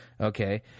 Okay